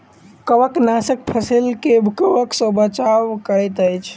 कवकनाशक फसील के कवक सॅ बचाव करैत अछि